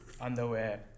underwear